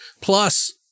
Plus